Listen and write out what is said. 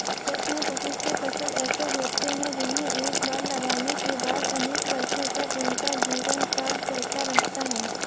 कृषि में बहुत से फसल ऐसे होते हैं जिन्हें एक बार लगाने के बाद अनेक वर्षों तक उनका जीवनकाल चलता रहता है